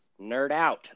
NerdOut